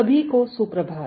सभी को सुप्रभात